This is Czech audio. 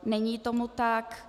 Není tomu tak.